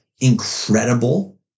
Incredible